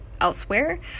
elsewhere